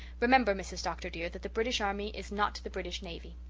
remember, mrs. dr. dear, that the british army is not the british navy.